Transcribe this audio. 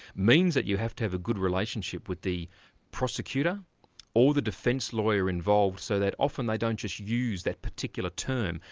means that you have to have a good relationship with the prosecutor prosecutor or the defence lawyer involved, so that often they don't just use that particular term.